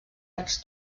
arcs